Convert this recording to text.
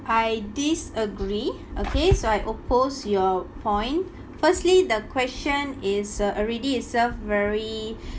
I disagree okay so I oppose your point firstly the question is uh already itself very